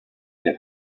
get